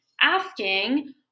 asking